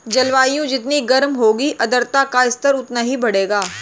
जलवायु जितनी गर्म होगी आर्द्रता का स्तर उतना ही बढ़ेगा